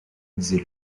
disait